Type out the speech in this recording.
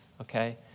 Okay